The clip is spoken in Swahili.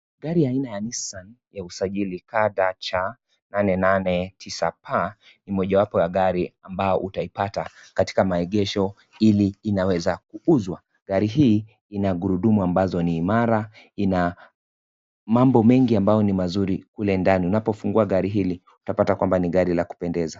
Gari aina ya Nissan ya usajili KDC 889P ni mojawapo ya gari ambayo utaipata katika maegesho ili inaweza kuuzwa, gari hii ina gurudumu ambazo ni imara ina mambo mengi ambayo ni mazuri kule ndani, unapofungua gari hili utapata kwamba ni gari la kupendeza.